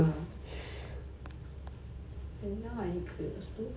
ya ya